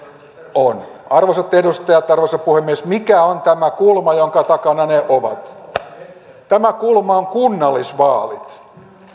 on arvoisat edustajat arvoisa puhemies mikä on tämä kulma jonka takana ne ovat tämä kulma on kunnallisvaalit